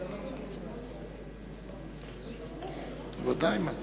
בשעה 17:51.) רבותי חברי